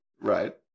Right